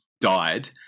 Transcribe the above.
died